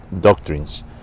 doctrines